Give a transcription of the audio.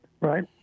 right